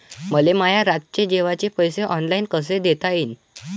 मले माया रातचे जेवाचे पैसे ऑनलाईन कसे देता येईन?